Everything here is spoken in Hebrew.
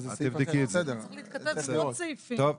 זה צריך להתכתב עם עוד סעיפים, זאת הבעיה.